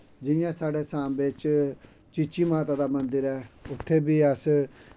जियां साढ़े सांबे च चीची माता दा मन्दर ऐ उत्थै बी अस